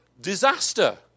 disaster